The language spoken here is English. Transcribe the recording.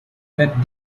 that